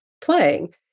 playing